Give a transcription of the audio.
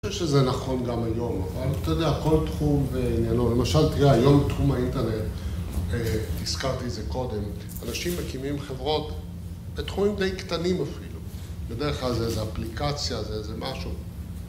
אני חושב שזה נכון גם היום, אבל אתה יודע, כל תחום ועניינו, למשל תראה, היום תחום האינטרנט, הזכרתי את זה קודם, אנשים מקימים חברות בתחומים די קטנים אפילו, בדרך כלל זה איזה אפליקציה, זה איזה משהו